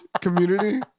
community